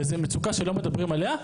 וזאת מצוקה שלא מדברים עליה.